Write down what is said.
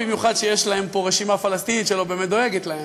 במיוחד כשיש להם פה רשימה פלסטינית שלא באמת דואגת להם.